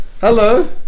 Hello